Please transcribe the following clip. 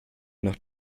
nach